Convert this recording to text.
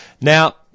Now